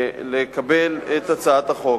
לקבל את הצעת החוק.